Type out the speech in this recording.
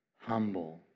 Humble